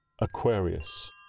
Aquarius